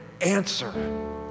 answer